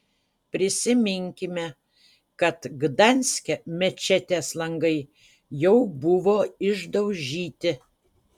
prisiminkime kad gdanske mečetės langai jau buvo išdaužyti